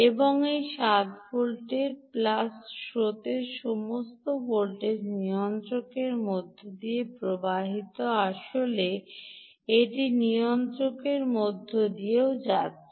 এবং এই 7 ভোল্টের প্লাস স্রোতের সমস্ত ভোল্টেজ নিয়ন্ত্রকের মধ্য দিয়ে প্রবাহিত হয়ে আসলে এটি নিয়ন্ত্রকের মধ্য দিয়েও যাচ্ছে